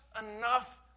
enough